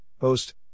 Host